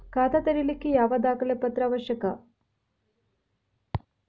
ಖಾತಾ ತೆರಿಲಿಕ್ಕೆ ಯಾವ ದಾಖಲೆ ಪತ್ರ ಅವಶ್ಯಕ?